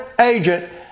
agent